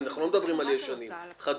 אנחנו לא מדברים על ישנים, חדשים.